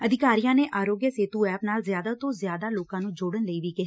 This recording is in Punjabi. ਅਧਿਕਾਰੀਆਂ ਨੇ ਆਰੋਗਿਆ ਸੇਤੂ ਐਪ ਨਾਲ ਜ਼ਿਆਦਾ ਤੋਂ ਜ਼ਿਆਦਾ ਲੋਕਾਂ ਨੂੰ ਜੋੜਣ ਲਈ ਵੀ ਕਿਹਾ